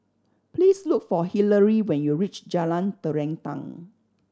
please look for Hillery when you reach Jalan Terentang